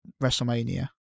Wrestlemania